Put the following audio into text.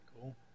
Cool